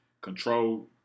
control